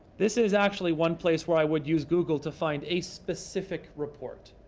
this is actually one place where i would use google to find a specific report.